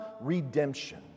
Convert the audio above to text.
redemption